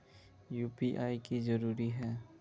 UPI की जरूरी है?